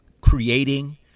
creating